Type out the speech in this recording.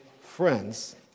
friends